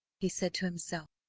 he said to himself,